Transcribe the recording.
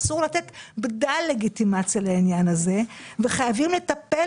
אסור לתת בדל לגיטימציה לעניין הזה וחייבים לטפל